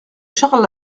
charles